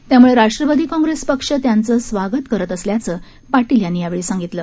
त्यामुळे राष्ट्रवादी काँग्रेस पक्ष त्यांचं स्वागत करत असल्याचं पाटील यांनी यावेळी सांगितलं